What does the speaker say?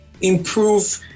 improve